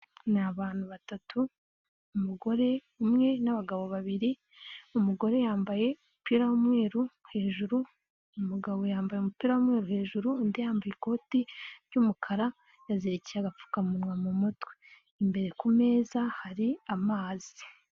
Ni abantu batatu umugore umwe nabagabo babiri, umugore yambaye umupira w'umweru hejuru, umugabo yambaye umupira w'umweru hejuru, undi yambaye ikoti ry'umukara yazirekeye agapfukamunwa mu mutwe, imbere ku meza hari amazi.